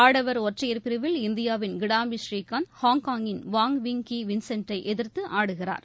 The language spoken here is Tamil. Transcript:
ஆடவர் ஒற்றையர் பிரிவில் இந்தியாவின் கிடாம்பி ஸ்ரீகாந்த் ஹாங்காங்கின் வாங்விங் கிவின்செட்டைஎதிர்த்துஆடுகிறார்